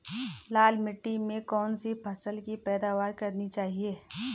लाल मिट्टी में कौन सी फसल की पैदावार करनी चाहिए?